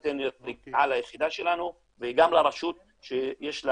זה נותן רגיעה ליחידה שלנו וגם לרשות שיש לה